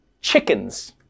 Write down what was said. chickens